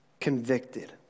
convicted